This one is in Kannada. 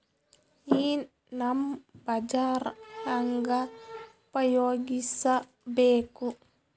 ಈ ನಮ್ ಬಜಾರ ಹೆಂಗ ಉಪಯೋಗಿಸಬೇಕು?